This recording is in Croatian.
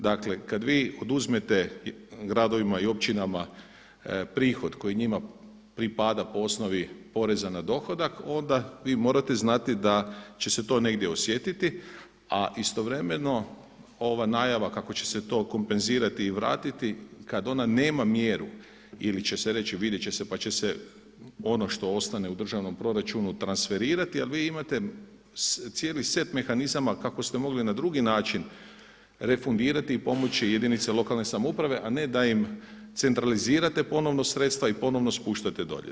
Dakle kada vi oduzmete gradovima i općinama prihod koji njima pripada po osnovi poreza na dohodak onda vi morate znati da će se to negdje osjetiti, a istovremeno ova najava kako će se to kompenzirati i vratiti kada ona nema mjeru ili će se reći, vidjet će se pa će se ono što ostane u državnom proračunu transferirati jel vi imate cijeli set mehanizama kako ste mogli na drugi način refundirati i pomoći jedinice lokalne samouprave, a ne da im centralizirate ponovno sredstva i ponovno spuštate dolje.